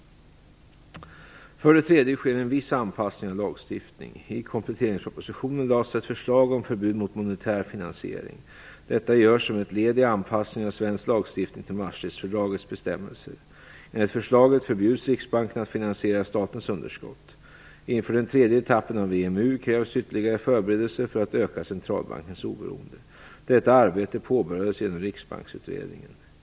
För det tredje sker det en viss anpassning av lagstiftning. I kompletteringspropositionen lades det fram ett förslag om förbud mot monetär finansiering. Detta görs som ett led i anpassningen av svensk lagstiftning till Maastrichtfördragets bestämmelser. Enligt förslaget förbjuds Riksbanken att finansiera statens underskott. Inför den tredje etappen av EMU krävs ytterligare förberedelser för att öka centralbankens oberoende. Detta arbete påbörjades genom Riksbanksutredningen.